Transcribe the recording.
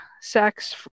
sex